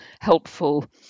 helpful